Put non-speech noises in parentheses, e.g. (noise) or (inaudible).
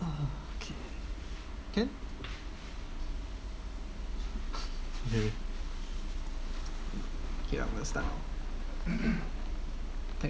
uh okay can okay yup let's start (coughs)